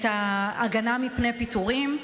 את ההגנה מפני פיטורים,